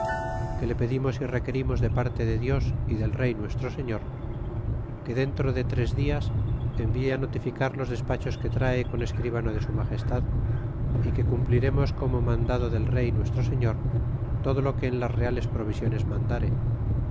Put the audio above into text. que le pedimos y requerimos de parte de dios y del rey nuestro señor que dentro en tres dias envie notificar los despachos que trae con escribano de su magestad é que cumplirémos como mandado del rey nuestro señor todo lo que en las reales provisiones mandare